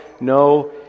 No